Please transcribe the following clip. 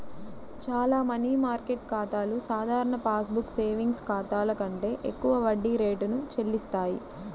చాలా money market ఖాతాలు సాధారణ పాస్ బుక్ సేవింగ్స్ ఖాతాల కంటే ఎక్కువ వడ్డీ రేటును చెల్లిస్తాయి